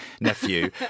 nephew